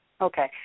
Okay